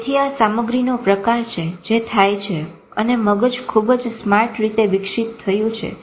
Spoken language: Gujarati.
તેથી આ સામગ્રીનો પ્રકાર છે જે થાય છે અને મગજ ખુબ જ સ્માર્ટ રીતે વિક્ષિત થયું છે